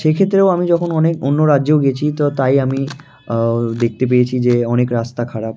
সেই ক্ষেত্রেও আমি যখন অনেক অন্য রাজ্যেও গেছি তো তাই আমি দেখতে পেয়েছি যে অনেক রাস্তা খারাপ